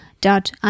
dot